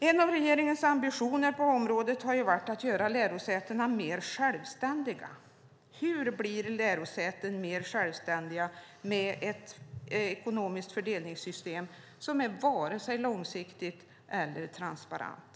En av regeringens ambitioner på området har varit att göra lärosätena mer självständiga. Hur blir lärosäten mer självständiga med ett ekonomiskt fördelningssystem som är varken långsiktigt eller transparent?